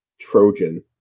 Trojan